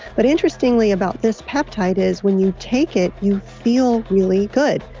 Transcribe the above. but interestingly about this peptide is when you take it, you feel really good.